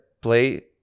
play